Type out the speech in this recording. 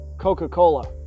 Coca-Cola